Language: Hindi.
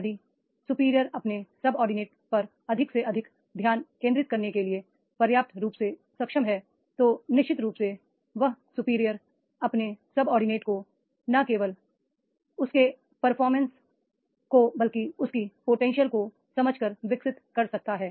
यदि सुपीरियर अपने सबोर्डिनेट पर अधिक से अधिक ध्यान केंद्रित करने के लिए पर्याप्त रूप से सक्षम है तो निश्चित रूप से वह सुपीरियर अपने सबोर्डिनेट को न केवल उसके परफॉर्मेंस को बल्कि उसकी पोटेंशियल को समझकर विकसित कर सकता है